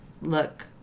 look